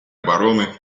обороны